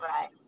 right